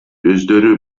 өздөрү